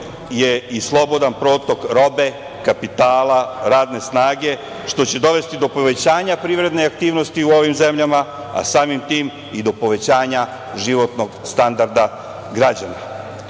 je i slobodan protok robe, kapitala, radne snage, što će dovesti do povećanja privredne aktivnosti u ovim zemljama, a samim tim i do povećanja životnog standarda građana. Zato